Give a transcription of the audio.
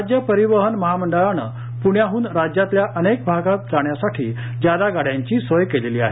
राज्य परिवहन महामंडळानं पुण्याहून राज्यातल्या अनेक भागात जाण्यासाठी जादा गाड्यांची सोयकेलेली आहे